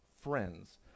friends